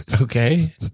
okay